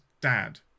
dad